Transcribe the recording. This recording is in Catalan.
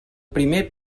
primer